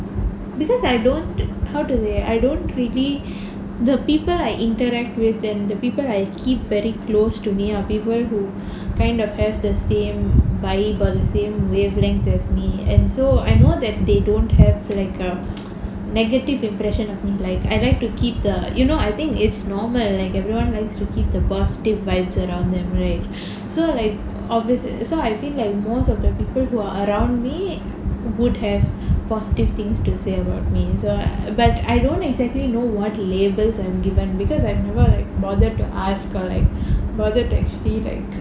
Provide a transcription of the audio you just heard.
because I don't how to say I don't really the people I interact with them the people I keep very close to me are people who kind of have the same vibe or the same wavelength as me and so I know that they don't have like a negative impression of me like I like to keep the you know I think it's normal and like everyone likes to keep the positive vibes around them right so like obvious so I think like most of the people who are around me would have positive things to say about so but I don't exactly know what labels I'm given because I've never like bothered to ask people like bothered to actually